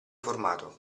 formato